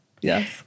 Yes